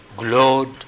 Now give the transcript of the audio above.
glowed